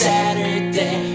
Saturday